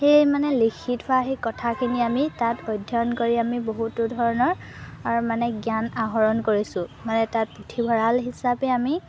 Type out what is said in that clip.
সেই মানে লিখি থোৱা সেই কথাখিনি আমি তাত অধ্যয়ন কৰি আমি বহুতো ধৰণৰ মানে জ্ঞান আহৰণ কৰিছোঁ মানে তাত পুথিভঁৰাল হিচাপে আমি